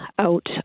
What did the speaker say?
out